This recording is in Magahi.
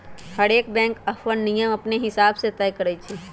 हरएक बैंक अप्पन नियम अपने हिसाब से तय करई छई